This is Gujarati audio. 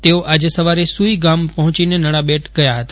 તેઓ આજે સવારે સૂઇ ગામ પહોંચીને નડાબેટ ગયા હતા